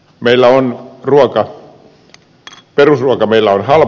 meillä on perusruoka halpaa